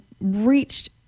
reached